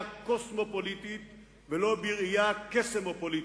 קוסמופוליטית ולא בראייה קסמו-פוליטית.